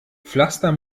pflaster